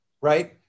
right